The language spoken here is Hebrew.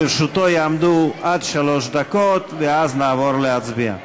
לרשותו יעמדו עד שלוש דקות, ואז נעבור להצביע.